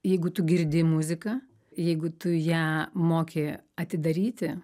jeigu tu girdi muziką jeigu tu ją moki atidaryti